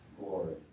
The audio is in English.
glory